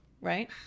right